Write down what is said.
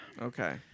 Okay